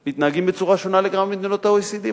אנחנו מתנהגים בצורה שונה לגמרי ממדינות ה-OECD.